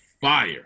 fire